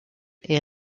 est